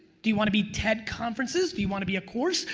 do you want to be ted conferences? do you want to be a course?